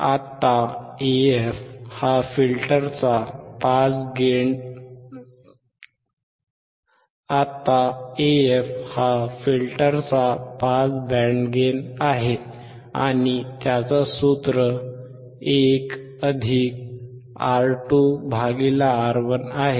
आता AF हा फिल्टरचा पास बँड गेन आहे आणि त्याचा सुत्र 1R2R1 आहे